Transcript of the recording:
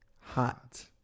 hot